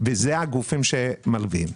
ואלה הגופים שמלווים.